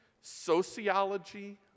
sociology